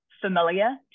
familiar